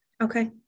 Okay